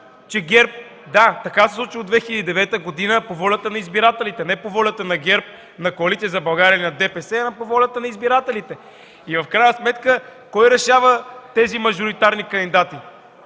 че ГЕРБ... Да, така се случва от 2009 г. по волята на избирателите, не по волята на ГЕРБ, на Коалиция за България или на ДПС, а по волята на избирателите. В крайна сметка кой решава тези мажоритарни кандидати?